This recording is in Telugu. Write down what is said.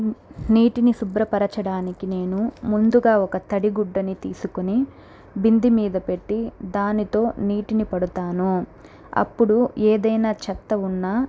నీటిని శుభ్రపరచడానికి నేను ముందుగా ఒక తడి గుడ్డని తీసుకోని బింది మీద పెట్టి దానితో నీటిని పడుతాను అప్పుడు ఏదైనా చెత్త ఉన్నా